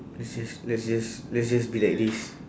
let's just let's just let's just be like this